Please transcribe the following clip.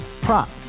Prop